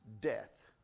death